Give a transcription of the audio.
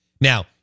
Now